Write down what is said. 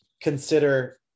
consider